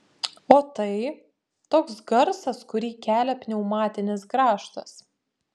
o tai toks garsas kurį kelia pneumatinis grąžtas